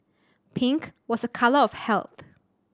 pink was a colour of health